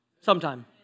sometime